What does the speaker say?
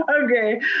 okay